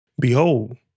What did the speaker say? Behold